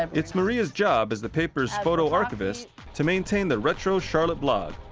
um it's maria's job as the paper's photo archivist to maintain the retro charlotte blog.